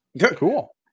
Cool